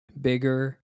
bigger